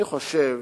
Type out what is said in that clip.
אני חושב